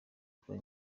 kuba